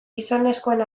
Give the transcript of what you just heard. gizonezkoen